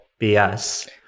BS